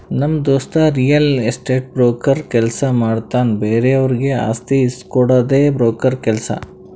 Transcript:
ನಮ್ ದೋಸ್ತ real estate broker ಕೆಲ್ಸ ಮಾಡ್ತಾನ್ ಬೇರೆವರಿಗ್ ಆಸ್ತಿ ಇಸ್ಕೊಡ್ಡದೆ ಬ್ರೋಕರ್ ಕೆಲ್ಸ